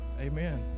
Amen